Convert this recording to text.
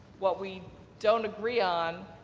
what we don't agree on,